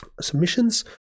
submissions